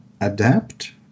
Adapt